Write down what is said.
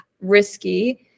risky